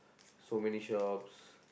so many shops